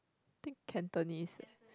think Cantonese eh